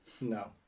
No